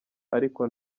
ariko